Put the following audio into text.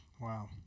Wow